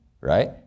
right